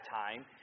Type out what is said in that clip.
time